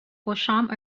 beauchamp